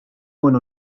one